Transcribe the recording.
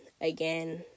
again